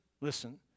listen